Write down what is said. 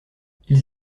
ils